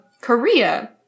Korea